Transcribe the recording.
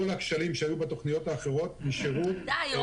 כל הכשלים שהיו בתוכניות האחרות נשארו --- די,